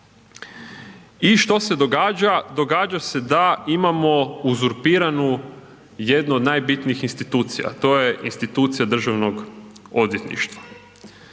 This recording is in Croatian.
I što se događa? Događa se da imamo uzurpiranu jednu od najbitnijih institucija. To je institucija Državnog odvjetništva.